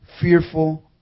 Fearful